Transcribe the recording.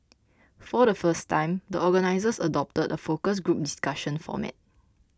for the first time the organisers adopted a focus group discussion format